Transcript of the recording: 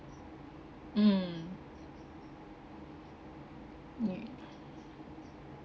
mm